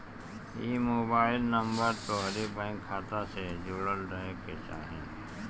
इ mobile number तोहरी bank खाता से जुड़ल रहे के चाही